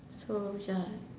so ya